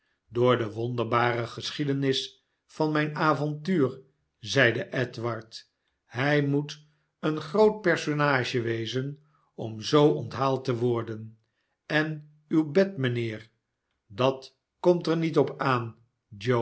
door de wonderbare geschiedenis van mijn avontuur zeide edward ihij moet een groot personage wezen om zoo onthaald te worden en uw bed mijnheer dat komt er niet op aan